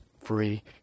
free